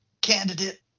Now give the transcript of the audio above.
candidate